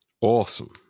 awesome